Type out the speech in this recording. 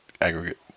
aggregate